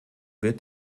wird